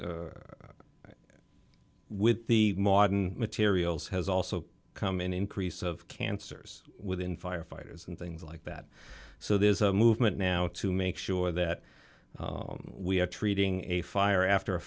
no with the materials has also come in increase of cancers within firefighters and things like that so there is a movement now to make sure that we are treating a fire after a